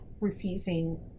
refusing